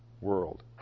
world